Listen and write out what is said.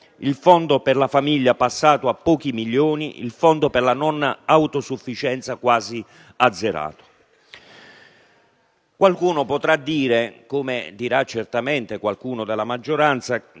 il Fondo per la famiglia passato a pochi milioni, il Fondo per la non autosufficienza quasi azzerato. Si potrà dire, come dirà certamente qualcuno della maggioranza,